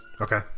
okay